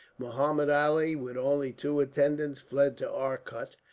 muhammud ali, with only two attendants, fled to arcot,